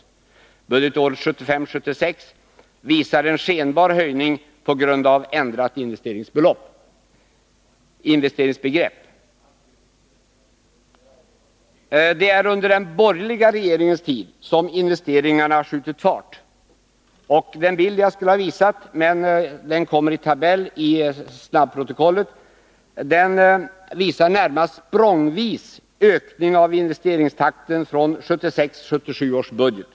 Budgetåret 1975 77 års budget.